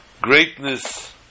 greatness